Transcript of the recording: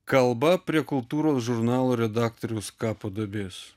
kalba prie kultūros žurnalo redaktoriaus kapo duobės